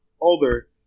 older